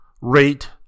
rate